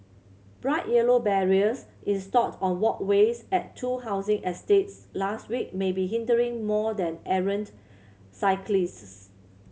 bright yellow barriers installed on walkways at two housing estates last week may be hindering more than errant cyclists